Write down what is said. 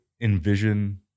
envision